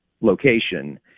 location